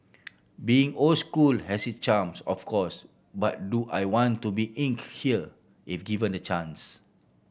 being old school has its charms of course but do I want to be inked here if given the chance